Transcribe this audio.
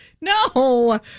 no